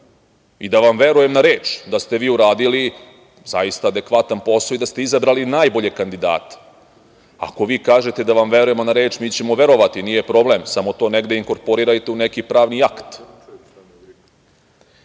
i da vam verujem na reč da ste vi uradili zaista adekvatan posao i da ste izabrali najbolje kandidate. Ako vi kažete da vam verujemo na reč, mi ćemo verovati, nije problem, samo to negde inkorporirajte u neki pravni